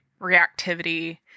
reactivity